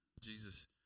jesus